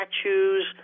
statues